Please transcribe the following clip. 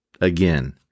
Again